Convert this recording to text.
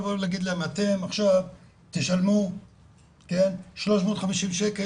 לכן אנחנו לא יכולים לומר להן שעכשיו הם ישלמו 350 שקל,